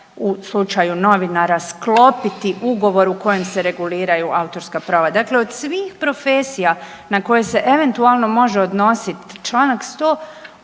u slučaju novinara sklopiti ugovor u kojem se reguliraju autorska prava. Dakle od svih profesija na koje se eventualno može odnositi čl. 100, u